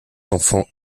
enfants